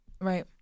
Right